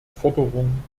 forderung